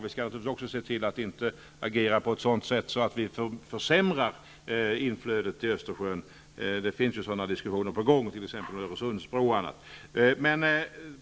Vi skall naturligtvis också se till att vi inte agerar på ett sådant sätt att inflödet till Östersjön försämras -- det är ju sådana diskussioner på gång, t.ex. i samband med Öresundsbroarna.